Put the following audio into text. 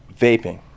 vaping